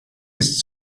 ist